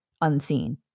unseen